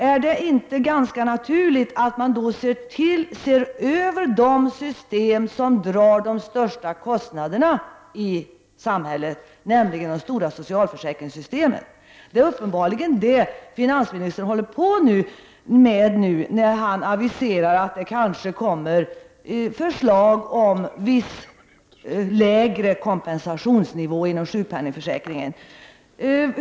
Är det inte ganska naturligt att då se över de system som drar de största kostnaderna i samhället, nämligen de stora socialförsäkringssystemen? Det är uppenbarligen det som finansministern nu håller på med när han aviserar att det kanske kommer förslag om viss lägre kompensationsnivå inom sjukpenningförsäkringen.